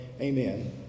Amen